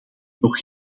nog